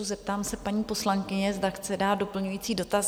Zeptám se paní poslankyně, zda chce dát doplňující dotaz?